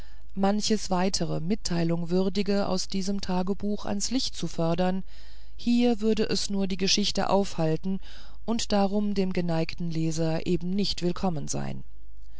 manches weiterer mitteilung würdige aus diesem tagebuch ans licht zu fördern hier würde es nur die geschichte aufhalten und darum dem geneigten leser eben nicht willkommen sein